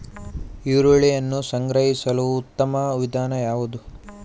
ಈರುಳ್ಳಿಯನ್ನು ಸಂಗ್ರಹಿಸಲು ಉತ್ತಮ ವಿಧಾನ ಯಾವುದು?